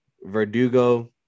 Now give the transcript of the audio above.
verdugo